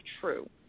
true